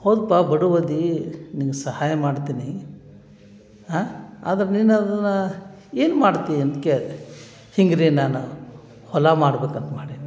ಹೌದಪ್ಪ ಬಡವ ಅದೀ ನಿಂಗೆ ಸಹಾಯ ಮಾಡ್ತೀನಿ ಹಾ ಆದ್ರೆ ನೀನು ಅದನ್ನು ಏನು ಮಾಡ್ತೀಯ ಅಂತ ಕೇಳಿದೆ ಹಿಂಗೆ ರೀ ನಾನು ಹೊಲ ಮಾಡ್ಬೇಕು ಅಂತ ಮಾಡೇನಿ